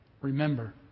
remember